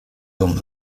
dum